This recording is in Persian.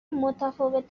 متفاوت